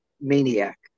maniac